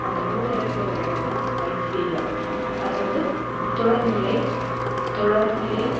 அந்த மூணு இடத்துல ஒரு இடந்தான் ஐசிஎஃப் அது வந்து தொடர்நிலை தொடர்நிலை